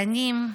גנים,